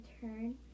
turn